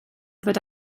fod